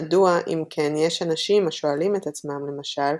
מדוע אם כן יש אנשים השואלים את עצמם, למשל,